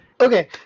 Okay